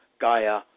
Gaia